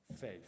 faith